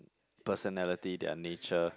personality their nature